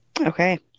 Okay